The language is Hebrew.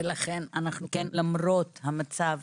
ולכן למרות המצב